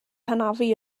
hanafu